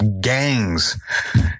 gangs